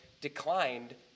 declined